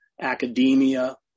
academia